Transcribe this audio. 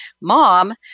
mom